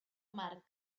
marc